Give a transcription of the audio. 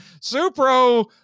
Supro